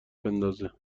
بندازه